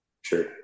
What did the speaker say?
Sure